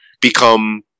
become